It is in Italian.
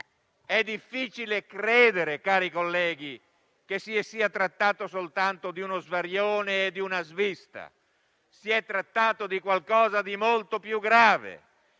è difficile credere che si sia trattato soltanto di uno svarione o di una svista. Si è trattato di qualcosa di molto più grave.